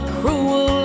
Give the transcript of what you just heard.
cruel